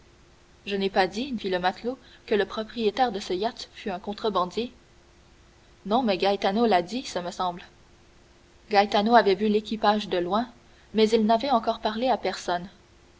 je n'ai pas dit fit le matelot que le propriétaire de ce yacht fût un contrebandier non mais gaetano l'a dit ce me semble gaetano avait vu l'équipage de loin mais il n'avait encore parlé à personne